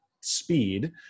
speed